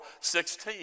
16